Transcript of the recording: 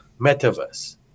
metaverse